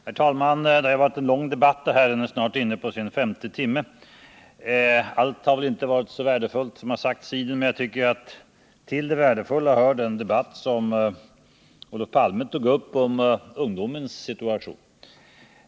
Herr talman! Det har varit en lång debatt. Den är snart inne på sin femte timme. Allt som har sagts har väl inte varit så värdefullt, men jag tycker att till det värdefulla hör det som Olof Palme tog upp om ungdomens situation.